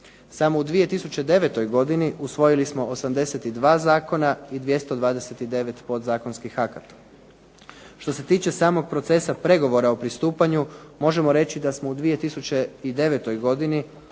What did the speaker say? Samo u 2009. godini usvojili smo 82 zakona i 229 podzakonskih akata. Što se tiče samog procesa pregovora o pristupanju možemo reći da smo u 2009. godini